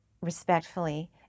respectfully